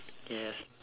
yes